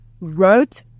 wrote